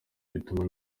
bituma